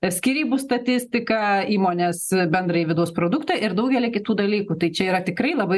skyrybų statistiką įmonės bendrąjį vidaus produktą ir daugelį kitų dalykų tai čia yra tikrai labai